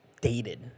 dated